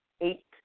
eight